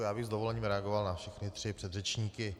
Já bych s dovolením reagoval na všechny tři předřečníky.